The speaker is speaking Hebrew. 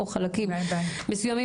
או חלקים מסוימים,